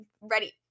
ready